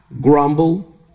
grumble